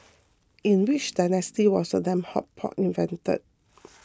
in which dynasty was the lamb hot pot invented